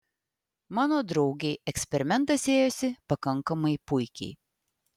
mano draugei eksperimentas ėjosi pakankamai puikiai